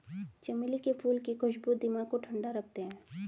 चमेली के फूल की खुशबू दिमाग को ठंडा रखते हैं